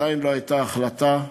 עדיין לא הייתה החלטה.